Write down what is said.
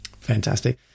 fantastic